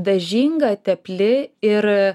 dažinga tepli ir